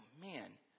man